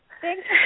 Thanks